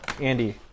Andy